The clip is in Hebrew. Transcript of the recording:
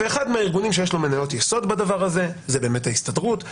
ואחד מהארגונים שיש לו מניות יסוד בדבר הזה זו באמת ההסתדרות,